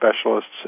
specialists